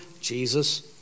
Jesus